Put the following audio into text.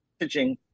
messaging